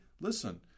listen